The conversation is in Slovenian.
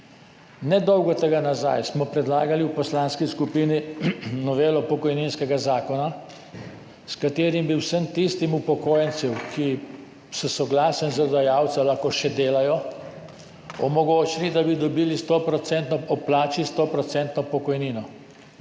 Nedolgo tega nazaj smo predlagali v poslanski skupini novelo pokojninskega zakona, s katerim bi vsem tistim upokojencem, ki s soglasjem delodajalca lahko še delajo, omogočili, da bi dobili ob plači 100 % pokojnino.